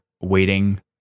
waiting